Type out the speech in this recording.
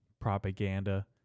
propaganda